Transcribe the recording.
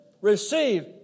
receive